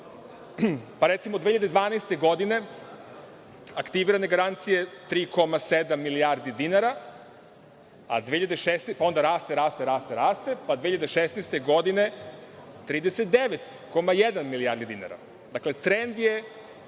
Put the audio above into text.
potrebe. Recimo, 2012. godine aktivirane garancije 3,7 milijardi dinara, a onda raste, raste, raste, pa 2016. godine 39,1 milijarde dinara. Dakle, trend je